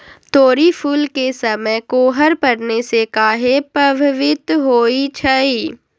तोरी फुल के समय कोहर पड़ने से काहे पभवित होई छई?